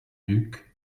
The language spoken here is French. duc